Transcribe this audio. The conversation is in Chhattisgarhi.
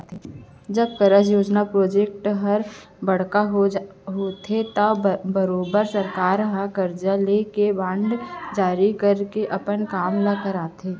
जब कारज, योजना प्रोजेक्ट हर बड़का होथे त बरोबर सरकार हर करजा लेके या बांड जारी करके अपन काम ल सरकाथे